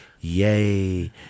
Yay